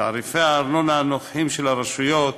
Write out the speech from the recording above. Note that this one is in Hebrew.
תעריפי הארנונה הנוכחיים של הרשויות